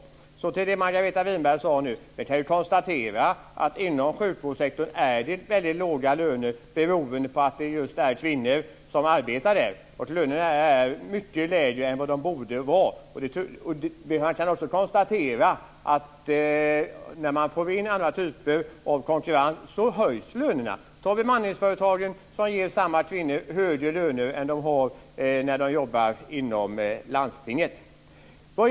Angående det som Margareta Winberg sade nyss kan vi konstatera att det inom sjukvårdssektorn är väldigt låga löner, just beroende på att det är kvinnor som arbetar där. Lönerna är mycket lägre än vad de borde vara. Man kan också konstatera att när man får in andra typer av konkurrens så höjs lönerna. Bemanningsföretagen ger kvinnor högre löner än de har när de jobbar inom landstinget.